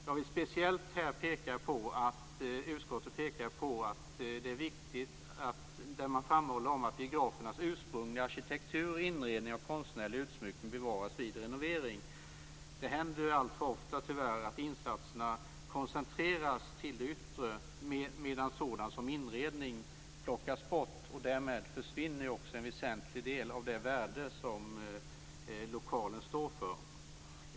Jag vill speciellt nämna att utskottet framhåller att biografernas ursprungliga arkitektur, inredning och konstnärliga utsmyckning bevaras vid renovering. Det händer tyvärr alltför ofta att insatserna koncentreras till det yttre medan sådant som inredning plockas bort. Därmed försvinner en väsentlig del av det värde som lokalen står för.